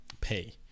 pay